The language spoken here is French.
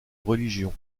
religion